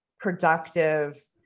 productive